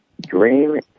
Dream